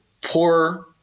poor